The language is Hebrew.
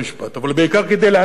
אבל בעיקר כדי להנגיש